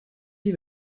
die